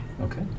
Okay